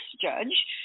judge